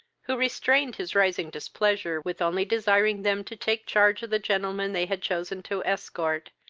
who restrained his rising displeasure with only desiring them to take charge of the gentleman they had chosen to escort,